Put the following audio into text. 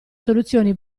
soluzioni